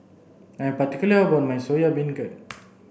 I'm particular about my Soya Beancurd